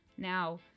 Now